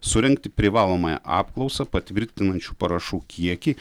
surengti privalomąją apklausą patvirtinančių parašų kiekį